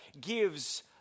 gives